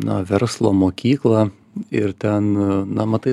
na verslo mokyklą ir ten na matai